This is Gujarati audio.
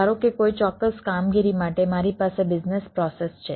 ધારો કે કોઈ ચોક્કસ કામગીરી માટે મારી પાસે બિઝનેસ પ્રોસેસ છે